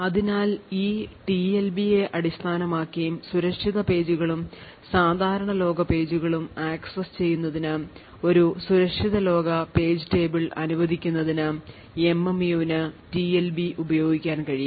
അതിനാൽ ഈ ടിഎൽബിയെ അടിസ്ഥാനമാക്കി സുരക്ഷിത പേജുകളും സാധാരണ ലോക പേജുകളും ആക്സസ് ചെയ്യുന്നതിന് ഒരു സുരക്ഷിത ലോക page table അനുവദിക്കുന്നതിന് എംഎംയുവിന് ടിഎൽബി ഉപയോഗിക്കാൻ കഴിയും